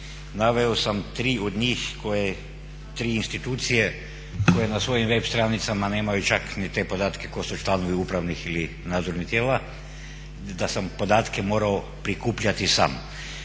naveo sam tri od njih, tri institucije, koje na svojim web stranicama nemaju čak ni te podatke tko su članovi upravnih ili nadzornih tijela i da sam podatke morao prikupljati sam.